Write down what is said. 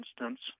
instance